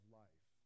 life